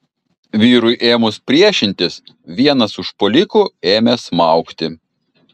vyrui ėmus priešintis vienas užpuolikų ėmė smaugti